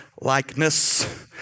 likeness